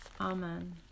Amen